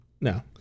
No